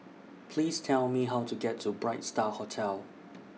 Please Tell Me How to get to Bright STAR Hotel